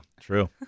true